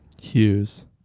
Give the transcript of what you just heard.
Hughes